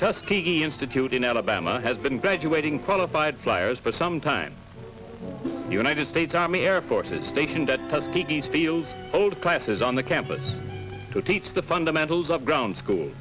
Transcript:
tusky institute in alabama has been graduating qualified flyers for some time united states army air forces stationed at tuskegee field hold classes on the campus to teach the fundamentals of ground school